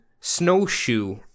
snowshoe